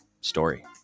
story